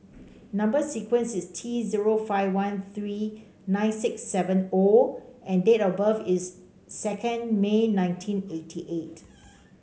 number sequence is T zero five one three nine six seven O and date of birth is second May nineteen eighty eight